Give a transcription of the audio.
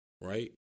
Right